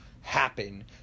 happen